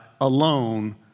alone